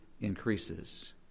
increases